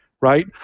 right